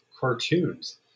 cartoons